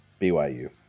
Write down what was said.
BYU